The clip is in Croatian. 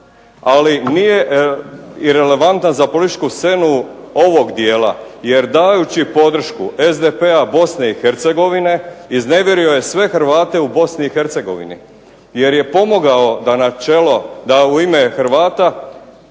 ali nije irelevantan za političku scenu ovog dijela, jer davajući podršku SDP-a Bosne i Hercegovine iznevjerio je sve Hrvate u Bosni i Hercegovini, jer je pomogao da na čelo, da u ime Hrvata,